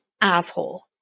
asshole